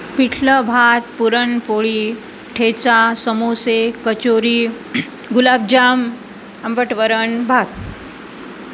पिठलं भात पुरणपोळी ठेचा समोसे कचोरी गुलाबजाम आंबट वरण भात